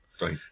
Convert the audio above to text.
Right